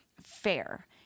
fair